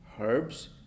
herbs